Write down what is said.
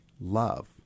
love